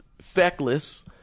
feckless